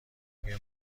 آیا